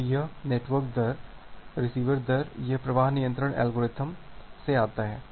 तो यह नेटवर्क दर रिसीवर दर यह प्रवाह नियंत्रण एल्गोरिदम से आता है